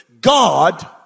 God